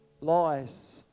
lies